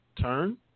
turn